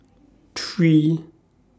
three